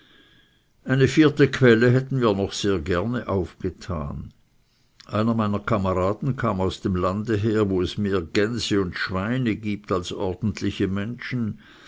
eine vierte quelle hätten wir noch sehr gerne aufgetan einer meiner kameraden kam aus dem lande her wo es mehr gänse und schweine gibt als ordentliche menschen